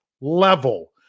level